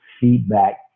feedback